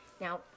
Now